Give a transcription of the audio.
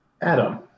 Adam